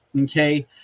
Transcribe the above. Okay